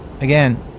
Again